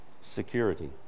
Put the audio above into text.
Security